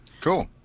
Cool